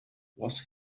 was